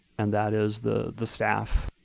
and that is the the staff.